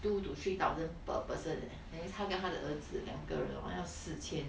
two to three thousand per person then 她和她的儿子两个人 hor 要四千